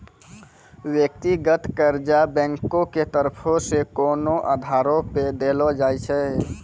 व्यक्तिगत कर्जा बैंको के तरफो से कोनो आधारो पे देलो जाय छै